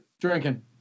Drinking